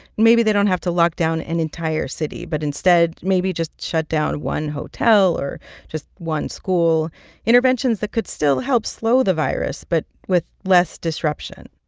maybe they don't have to lock down an entire city, but instead maybe just shut down one hotel or just one school interventions that could still help slow the virus but with less disruption.